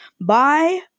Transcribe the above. Bye